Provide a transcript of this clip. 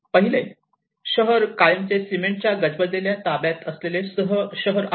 पहिले शहर कायमचे सिमेंटच्या गजबजलेल्या ताब्यात असलेले शहर आहे